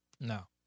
No